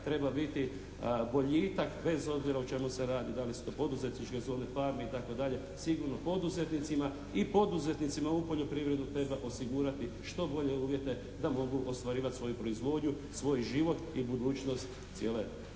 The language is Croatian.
treba biti boljitak bez obzira o čemu se radi. Da li su to poduzetničke zone, farme itd. Sigurno poduzetnicima i poduzetnicima u poljoprivredi treba osigurati što bolji uvjete da mogu ostvarivati svoju proizvodnju, svoj život i budućnost cijel